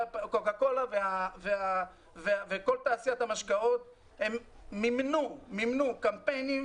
כלומר: "קוקה קולה וכל תעשיית המשקאות מימנו קמפיינים